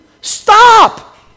Stop